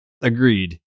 Agreed